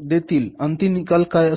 म्हटले जाईल अंतिम निकाल काय असेल